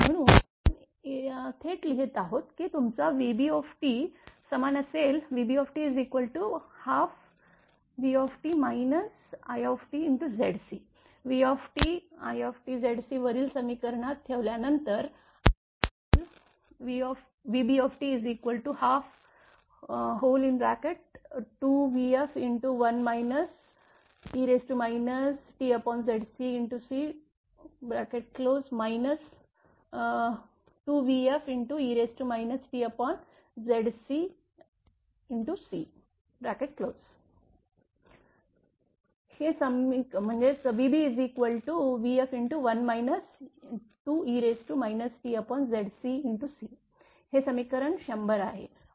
म्हणून आपण थेट लिहित आहोत की तुमचा vb समान असेल vbt12vt itZc vt itZc वरील समीकरणात ठेवल्या नंतर आपल्याला मिळेल vbt122vf1 e tZcC 2vfe tZcC vbtvf हे समीकरण १०० आहे